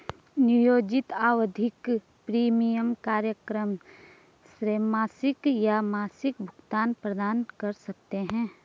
नियोजित आवधिक प्रीमियम कार्यक्रम त्रैमासिक या मासिक भुगतान प्रदान कर सकते हैं